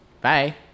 bye